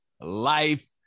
life